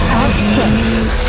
aspects